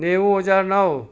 નેવું હજાર નવ